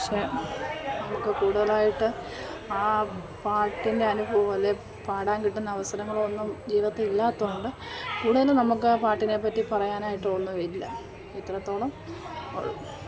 പക്ഷേ നമുക്ക് കൂടുതലായിട്ട് ആ പാട്ടിൻ്റെ അനുഭവം അല്ലേ പാടാൻ കിട്ടുന്ന അവസരങ്ങളൊന്നും ജീവിതത്തിൽ ഇല്ലാത്തതുകൊണ്ട് കൂടുതൽ നമ്മൾക്ക് പാട്ടിനെപ്പറ്റി പറയാനായിട്ട് ഒന്നുമില്ല ഇത്രത്തോളം ഉള്ളു